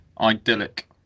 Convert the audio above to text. idyllic